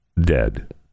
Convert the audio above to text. dead